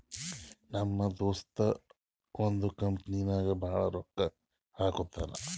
ನಮ್ ದೋಸ್ತ ಒಂದ್ ಕಂಪನಿ ನಾಗ್ ಭಾಳ್ ರೊಕ್ಕಾ ಹಾಕ್ಯಾನ್